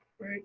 right